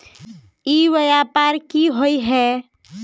ई व्यापार की होय है?